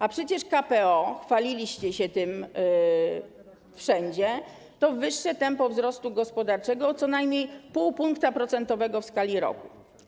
A przecież KPO - chwaliliście się tym wszędzie - to wyższe tempo wzrostu gospodarczego o co najmniej 0,5 punktu procentowego w skali roku.